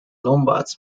lombards